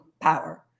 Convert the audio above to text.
power